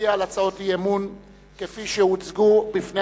להצביע על הצעות האי-אמון כפי שהוצגו בפני